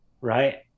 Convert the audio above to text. right